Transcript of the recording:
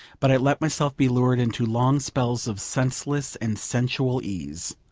but i let myself be lured into long spells of senseless and sensual ease.